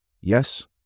Yes